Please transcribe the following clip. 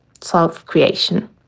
self-creation